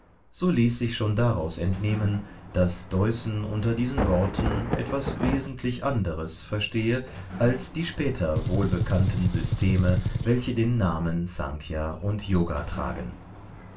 so ließ sich schon daraus entnehmen daß deussen unter diesen worten etwas wesentlich anderes verstehe als die später wohlbekannten systeme welche den namen snkhya und yoga tragen